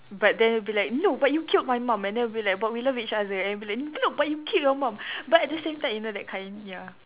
but then it'll be like no but you killed my mum and then it'll be like but we love each other and it'll be like no but you killed your mum but at the same time you know that kind ya